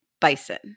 bison